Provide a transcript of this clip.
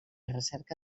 recerca